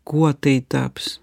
kuo tai taps